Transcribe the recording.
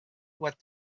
what